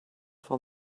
for